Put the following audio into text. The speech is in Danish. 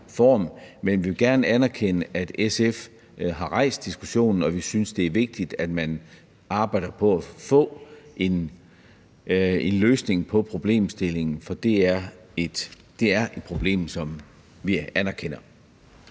men vi vil gerne anerkende, at SF har rejst diskussionen, og vi synes, det er vigtigt, at man arbejder på at få en løsning på problemstillingen. For det er et problem, som vi anerkender